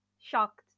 shocked